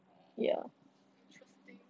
orh interesting